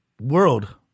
world